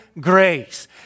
grace